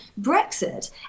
Brexit